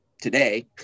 today